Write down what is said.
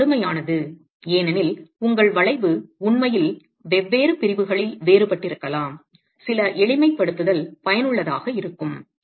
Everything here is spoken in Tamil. இது கடுமையானது ஏனெனில் உங்கள் வளைவு உண்மையில் வெவ்வேறு பிரிவுகளில் வேறுபட்டிருக்கலாம் சில எளிமைப்படுத்தல் பயனுள்ளதாக இருக்கும்